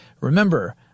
remember